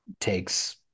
takes